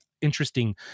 interesting